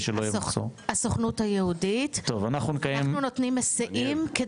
הסוכנות היהודית, אנחנו נותנים היסעים.